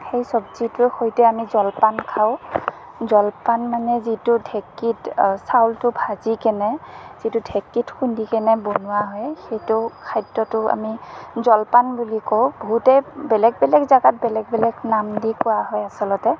সেই চব্জিটোৰ সৈতে আমি জলপান খাওঁ জলপান মানে যিটো ঢেঁকীত চাউলটো ভাজি কেনে যিটো ঢেঁকীত খুন্দি কেনে বনোৱা হয় সেইটো খাদ্যটো আমি জলপান বুলি কওঁ বহুতে বেলেগ বেলেগ জাগাত বেলেগ বেলেগ নাম দি কোৱা হয় আচলতে